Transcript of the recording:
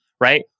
right